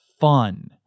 fun